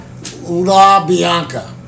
LaBianca